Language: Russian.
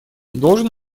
должен